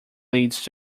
leads